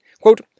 Quote